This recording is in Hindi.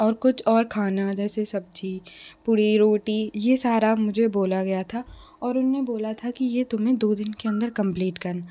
और कुछ और खाना जैसे सब्जी पूरी रोटी ये सारा मुझे बोला गया था और उन्हें बोला था कि ये तुम्हें दो दिन के अंदर कंप्लीट करना